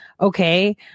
okay